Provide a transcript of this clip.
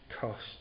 cost